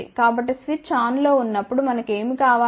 కాబట్టి స్విచ్ ఆన్లో ఉన్నప్పుడు మనకు ఏమి కావాలి